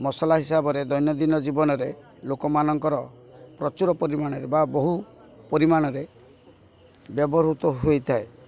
ମସଲା ହିସାବରେ ଦୈନଦିନ ଜୀବନରେ ଲୋକମାନଙ୍କର ପ୍ରଚୁର ପରିମାଣରେ ବା ବହୁ ପରିମାଣରେ ବ୍ୟବହୃତ ହୋଇଥାଏ